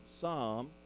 Psalm